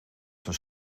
zijn